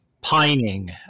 pining